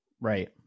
Right